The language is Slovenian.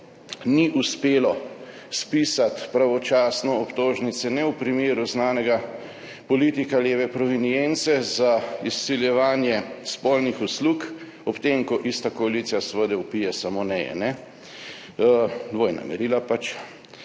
ni uspelo spisati pravočasno obtožnice v primeru znanega politika leve provenience za izsiljevanje spolnih uslug – ob tem, ko ista koalicija seveda vpije, samo ne je ne, dvojna merila pač